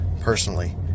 personally